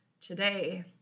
today